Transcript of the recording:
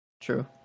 True